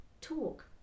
talk